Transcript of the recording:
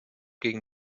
gegen